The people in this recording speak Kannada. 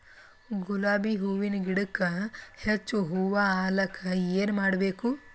ಗುಲಾಬಿ ಹೂವಿನ ಗಿಡಕ್ಕ ಹೆಚ್ಚ ಹೂವಾ ಆಲಕ ಏನ ಮಾಡಬೇಕು?